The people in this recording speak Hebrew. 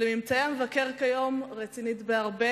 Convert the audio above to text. לממצאי המבקר כיום רצינית בהרבה.